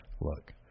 Look